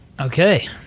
Okay